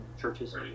churches